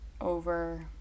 over